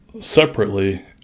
separately